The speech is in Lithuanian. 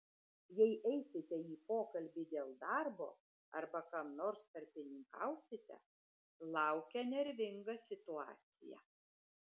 jei eisite į pokalbį dėl darbo arba kam nors tarpininkausite laukia nervinga situacija